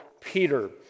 Peter